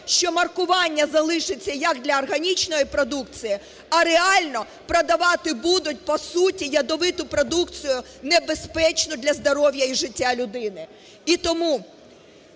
що маркування залишиться як для органічної продукції, а реально продавати будуть по суті ядовиту продукцію, небезпечну для здоров'я і життя людини. І тому,